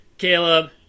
Caleb